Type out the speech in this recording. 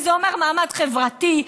וזה אומר מעמד חברתי,